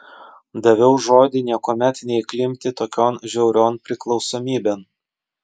daviau žodį niekuomet neįklimpti tokion žiaurion priklausomybėn